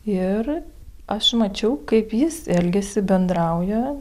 ir aš mačiau kaip jis elgiasi bendrauja